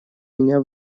меня